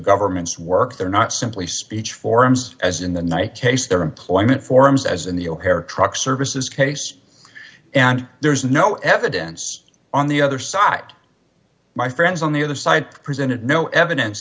government's work they're not simply speech forms as in the ny case their employment forms as in the ohare truck services case and there's no evidence on the other side my friends on the other side presented no evidence